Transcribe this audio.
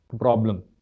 problem